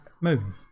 moon